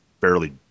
barely